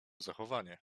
zachowanie